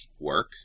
work